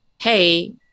hey